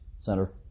center